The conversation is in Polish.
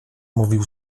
mówił